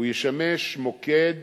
הוא ישמש מוקד